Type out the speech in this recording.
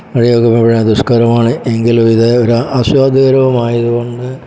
വഴിയൊക്കെ ദുഷ്കരമാണ് എങ്കിലും ഇത് ഒരു ആസ്വാദ്യകരവും ആയതുകൊണ്ട്